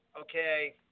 okay